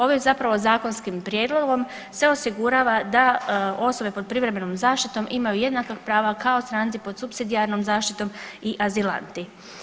Ovim zapravo zakonskim prijedlogom se osigurava da osobe pod privremenom zaštitom imaju jednaka pravo kao stranci pod supsidijarnom zaštitom i azilanti.